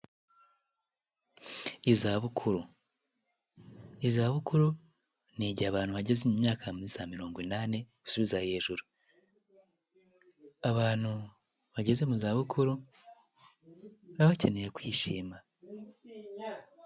Izabukuru, izabukuru ni igihe abantu bageze mu myaka muri za mirongo inani gusubiza hejuru, abantu bageze mu zabukuru baba bakeneye kwishima.